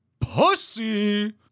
pussy